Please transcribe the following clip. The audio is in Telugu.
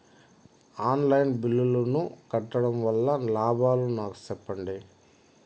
ఆన్ లైను బిల్లుల ను కట్టడం వల్ల లాభాలు నాకు సెప్పండి?